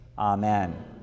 Amen